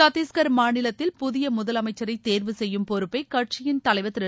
சத்திஷ்கர் மாநிலத்தில் புதிய முதலமைச்சரை தேர்வு செய்யும் பொறுப்பை கட்சியின் தலைவர் திரு